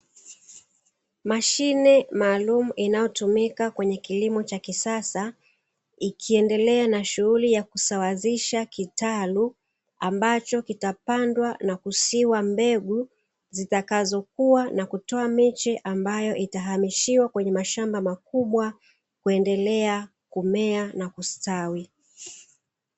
Mashine maalumu inayotumika kwenye kilimo cha kisasa, ikiendelea na shughuli ya kusawazisha kitalu ambacho kitapandwa na kusiwa mbegu zitakazokua na kutoa miche ambayo itahamishiwa kwenye mashamba makubwa, kuendelea kumea na kustawi.